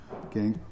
Okay